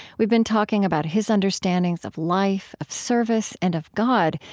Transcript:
we've been talking about his understandings of life, of service, and of god,